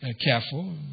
careful